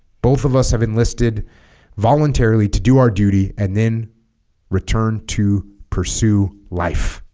both of us have enlisted voluntarily to do our duty and then return to pursue life